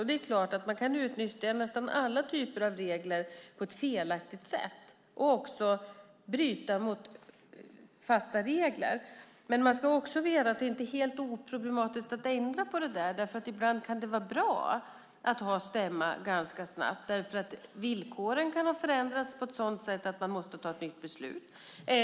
Det är klart att man kan utnyttja nästan alla typer av regler på ett felaktigt sätt och också bryta mot fasta regler, men man ska också veta att det inte är helt oproblematiskt att ändra på detta. Ibland kan det nämligen vara bra att ha en ny stämma ganska snabbt, eftersom villkoren kan ha förändrats på ett sådant sätt att man måste ta ett nytt beslut.